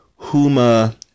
huma